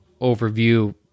overview